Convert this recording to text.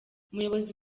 umuyobozi